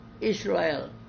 Israel